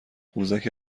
قوزک